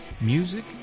Music